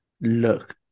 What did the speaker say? look